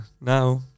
now